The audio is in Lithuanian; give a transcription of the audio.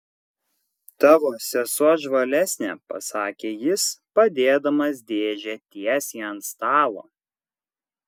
tavo sesuo žvalesnė pasakė jis padėdamas dėžę tiesiai ant stalo